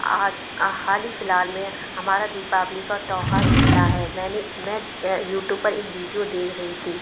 आज हाल ही फिलहाल में हमारा दीपावली का त्यौहार निकला है मैंने मैं यूटूब पर एक बिडिओ देख रही थी